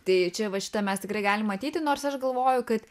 tai čia va šitą mes tikrai galim matyti nors aš galvoju kad